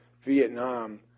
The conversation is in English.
Vietnam